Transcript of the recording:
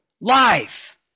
life